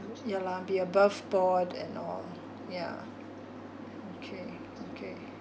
ya lah be above board and all yeah okay okay